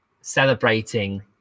celebrating